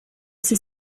sie